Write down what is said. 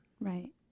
Right